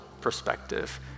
perspective